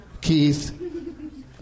Keith